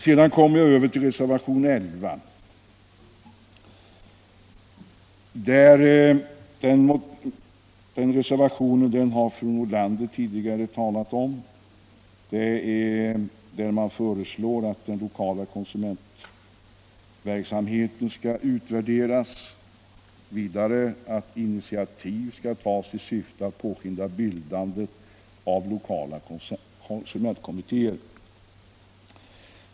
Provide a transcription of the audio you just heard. Sedan kommer jag över till reservation 11, som fru Nordlander tidigare har talat om. Den bygger på motion 1975/76:68, där det föreslås att den lokala konsumentverksamheten skall utvärderas och vidare att initiativ skall tas i syfte att påskynda bildandet av lokala konsumentkommittéer.